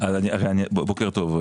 בוקר טוב.